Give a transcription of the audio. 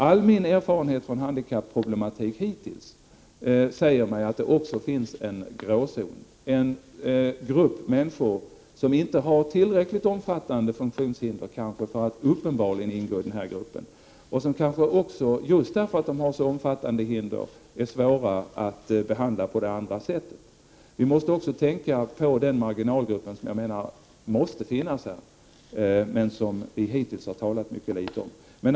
All min erfarenhet hittills av handikapproblematik säger mig att det också finns en gråzon, en grupp människor som inte har tillräckligt omfattande funktionshinder för att uppenbart ingå i den här gruppen, men som också, kanske just för att de har så omfattande hinder, är svåra att behandla på det andra sättet. Vi måste också tänka på den marginalgruppen, som jag menar måste finnas, men som vi hittills har talat mycket litet om.